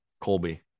Colby